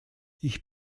ich